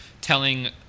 telling